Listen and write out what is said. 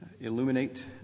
illuminate